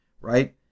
right